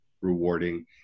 rewarding